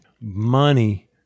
money